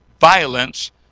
violence